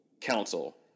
council